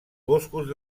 boscos